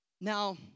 Now